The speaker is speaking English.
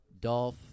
Dolph